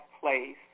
place